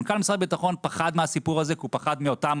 מנכ"ל משרד הביטחון פחד מהסיפור הזה כי הוא פחד מאותם